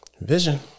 Vision